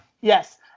Yes